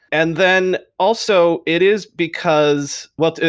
and then also it is because well,